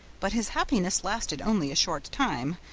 but his happiness lasted only a short time,